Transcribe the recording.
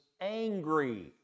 angry